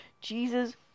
Jesus